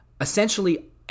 essentially